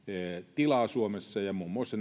tilaa suomessa muun muassa